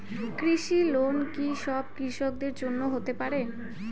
কৃষি লোন কি সব কৃষকদের জন্য হতে পারে?